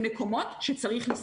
יותר קל לי להגיד את זה למבוגרים,